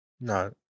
No